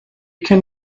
can